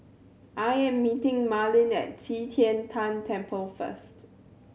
I am meeting Marlene at Qi Tian Tan Temple first